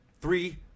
three